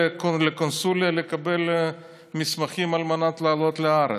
לקונסוליה לקבל מסמכים על מנת לעלות לארץ.